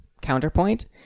Counterpoint